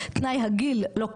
תנאי הגיל לא קיים,